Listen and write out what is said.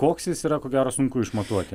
koks jis yra ko gero sunku išmatuoti